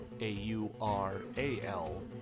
A-U-R-A-L